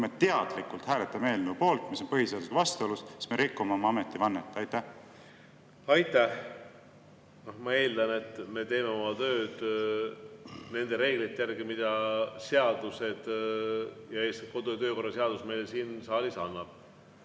kui me teadlikult hääletama eelnõu poolt, mis on põhiseadusega vastuolus, siis me rikume oma ametivannet? Aitäh! Ma eeldan, et me teeme oma tööd nende reeglite järgi, mida seadused, eeskätt kodu- ja töökorra seadus meile siin ette on